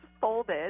folded